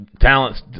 talents